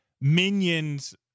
Minions